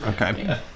Okay